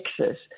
Texas